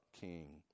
king